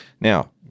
Now